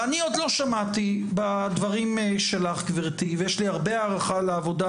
אני עוד לא שמעתי בדברים שלך גברתי ויש לי הרבה הערכה לעבודה